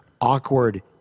awkward